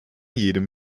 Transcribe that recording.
jedem